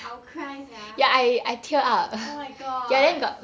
I will cry sia oh my god